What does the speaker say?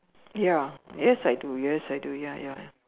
ya yes I do yes I do ya ya